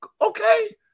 okay